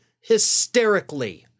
hysterically